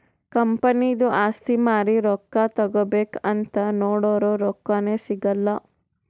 ಕಂಪನಿದು ಆಸ್ತಿ ಮಾರಿ ರೊಕ್ಕಾ ತಗೋಬೇಕ್ ಅಂತ್ ನೊಡುರ್ ರೊಕ್ಕಾನೇ ಸಿಗಲ್ಲ